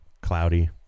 cloudy